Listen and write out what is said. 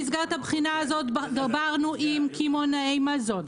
במסגרת הבחינה הזאת דיברנו עם קמעונאי מזון,